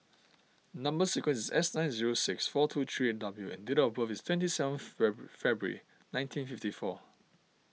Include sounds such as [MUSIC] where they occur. [NOISE] Number Sequence is S nine zero six four two three eight W and date of birth is twenty seventh Feb February nineteen fifty four